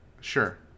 sure